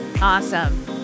Awesome